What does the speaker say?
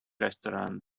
restaurant